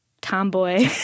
tomboy